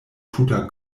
tuta